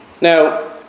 Now